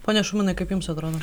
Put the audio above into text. pone šumanai kaip jums atrodo